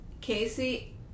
Casey